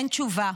אין תשובה.